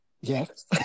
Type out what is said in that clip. Yes